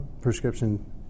prescription